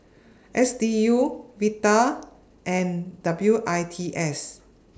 S D U Vital and W I T S